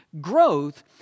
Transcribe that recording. Growth